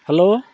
hello